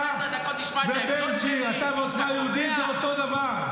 אתה ובן גביר ועוצמה יהודית זה אותו דבר.